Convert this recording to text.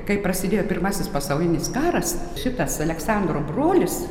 kai prasidėjo pirmasis pasaulinis karas šitas aleksandro brolis